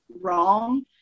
wrong